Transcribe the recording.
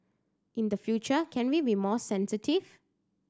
in the future can we be more sensitive